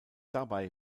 dabei